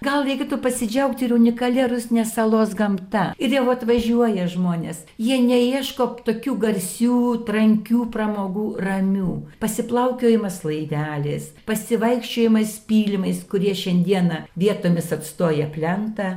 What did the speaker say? gal reikėtų pasidžiaugti ir unikalia rusnės salos gamta ir jau atvažiuoja žmonės jie neieško tokių garsių trankių pramogų ramių pasiplaukiojimas laidelės pasivaikščiojimais pylimais kurie šiandieną vietomis atstoja plentą